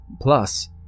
Plus